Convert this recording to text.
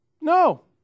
No